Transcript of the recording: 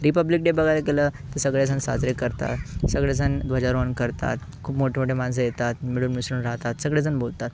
Republic Day बघायला गेलं तर सगळे जण साजरे करतात सगळे जण ध्वजारोहण करतात खूप मोठे मोठे माणसं येतात मिळून मिसळून राहतात सगळे जण बोलतात